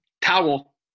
Towel